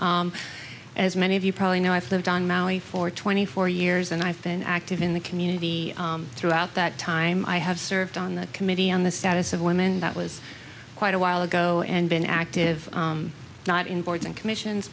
position as many of you probably know i've lived on maui for twenty four years and i've been active in the community throughout that time i have served on the committee on the status of women that was quite a while ago and been active in boards and commissions